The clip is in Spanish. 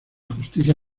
justicia